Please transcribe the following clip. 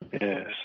Yes